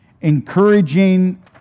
encouraging